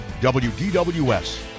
WDWS